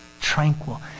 tranquil